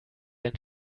ein